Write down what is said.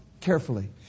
carefully